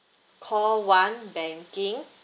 call one banking